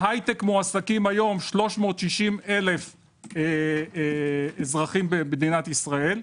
בהייטק מועסקים היום 360,000 אזרחים במדינת ישראל,